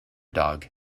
dog